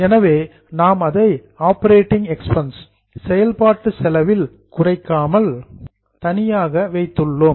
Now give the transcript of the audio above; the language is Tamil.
எனவே நாம் அதை ஆப்பரேட்டிங் எக்ஸ்பென்ஸ் செயல்பாட்டு செலவில் குறைக்காமல் செப்பரேட்லி தனியாக வைத்துள்ளோம்